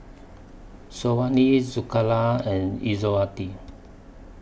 Syazwani Zulaikha and Izzati